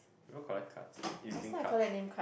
no collect cards Ezlink cards